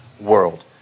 world